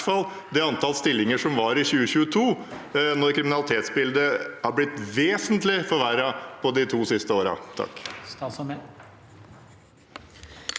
i hvert fall det antall stillinger som var i 2022, samtidig som kriminalitetsbildet har blitt vesentlig forverret de to siste årene.